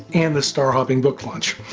and the star hopping book launch.